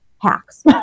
hacks